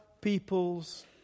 people's